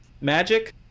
Magic